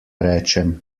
rečem